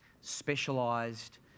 specialised